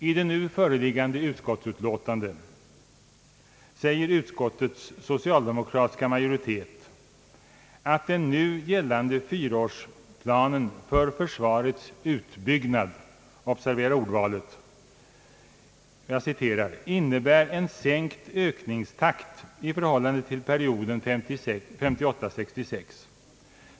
I det föreliggande utskottsutlåtandet säger utskottets socaldemokratiska majoritet, att den nu gällande fyraårsplanen för försvarets utbyggnad — observera ordvalet! — »innebär en sänkt ökningstakt i förhållande till perioden 1958—1966.